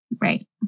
Right